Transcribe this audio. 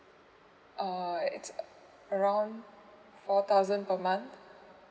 uh it's around four thousand per month